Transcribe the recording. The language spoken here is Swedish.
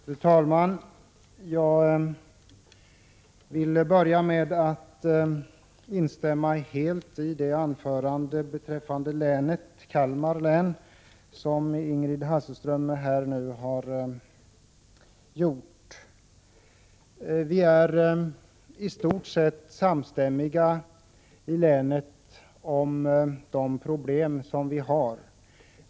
Fru talman! Jag vill börja med att helt instämma i det anförande beträffande Kalmar län som Ingrid Hasselström Nyvall nu har hållit. Vi är i stort sett samstämmiga i länet när det gäller de problem som vi har.